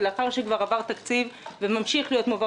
לאחר שכבר עבר תקציב וממשיך להיות מועבר